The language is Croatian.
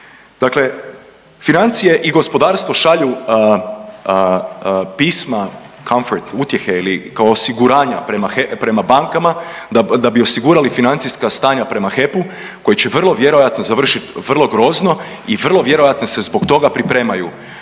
Dakle, financije i gospodarstvo šalju pisma confert utjehe ili kao osiguranja prema bankama, da bi osigurali financijska stanja prema HEP-u koji će vrlo vjerojatno završit vrlo grozno i vrlo vjerojatno se zbog toga pripremaju